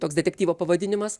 toks detektyvo pavadinimas